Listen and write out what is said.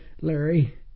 Larry